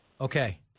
Okay